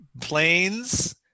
Planes